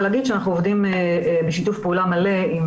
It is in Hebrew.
לומר שאנחנו עובדים בשיתוף פעולה מלא.